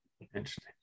Interesting